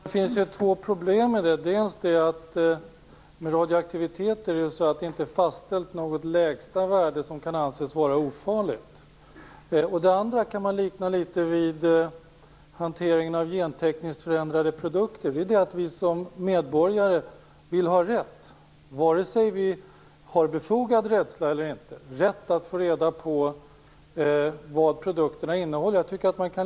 Fru talman! Det finns två problem här. Det första problemet är att det för radioaktivitet inte är fastställt något lägsta värde som kan anses vara ofarligt. Det andra problemet kan liknas vid hanteringen av gentekniskt förändrade produkter. Vi som medborgare vill ha rätt - vare sig vår rädsla är befogad eller inte - att få reda på vad produkterna innehåller.